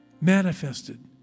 manifested